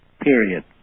Period